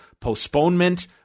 postponement